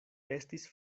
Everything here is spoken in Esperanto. estis